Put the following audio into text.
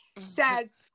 Says